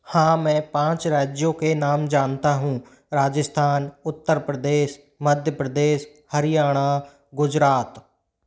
हाँ मैं पाँच राज्यों के नाम जानता हूँ राजस्थान उत्तर प्रदेश मध्य प्रदेश हरियाणा गुजरात